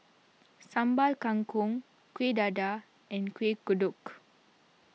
Sambal Kangkong Kuih Dadar and Kuih Kodok